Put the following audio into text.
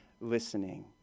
listening